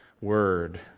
word